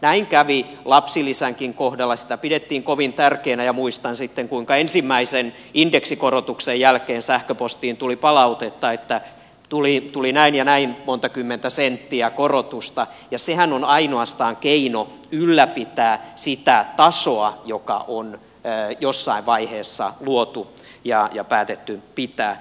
näin kävi lapsilisänkin kohdalla sitä pidettiin kovin tärkeänä ja muistan sitten kuinka ensimmäisen indeksikorotuksen jälkeen sähköpostiin tuli palautetta että tuli näin ja näin monta kymmentä senttiä korotusta ja sehän on ainoastaan keino ylläpitää sitä tasoa joka on jossain vaiheessa luotu ja päätetty pitää